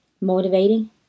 motivating